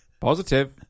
Positive